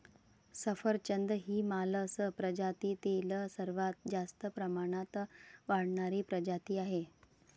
सफरचंद ही मालस प्रजातीतील सर्वात जास्त प्रमाणात वाढणारी प्रजाती आहे